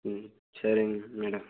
ம் சரிங்க மேடம்